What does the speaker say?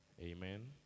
Amen